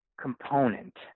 component